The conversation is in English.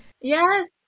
Yes